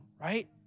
right